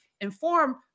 inform